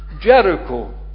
Jericho